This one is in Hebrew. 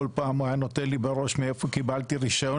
כל פעם היה נותן לי בראש מאיפה קיבלתי רישיון